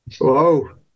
Whoa